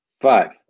five